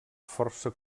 força